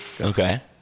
Okay